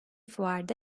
fuarda